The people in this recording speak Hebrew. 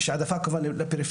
יש העדפה לפריפריה,